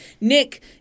Nick